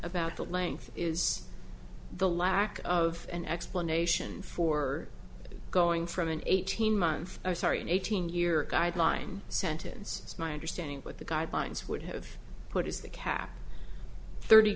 about the length is the lack of an explanation for going from an eighteen month sorry an eighteen year guideline sentence is my understanding but the guidelines would have put is the cap thirty